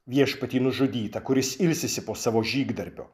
viešpatį nužudytą kuris ilsisi po savo žygdarbio